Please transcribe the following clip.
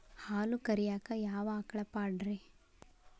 ಹಾಲು ಕರಿಯಾಕ ಯಾವ ಆಕಳ ಪಾಡ್ರೇ?